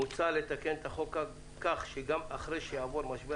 מוצע לתקן את החוק כך שגם אחרי שיעבור משבר